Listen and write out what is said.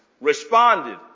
responded